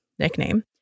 Nickname